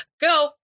go